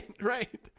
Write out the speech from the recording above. right